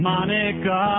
Monica